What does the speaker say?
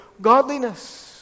godliness